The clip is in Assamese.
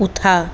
উঠা